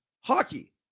hockey